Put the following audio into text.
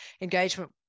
engagement